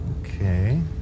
Okay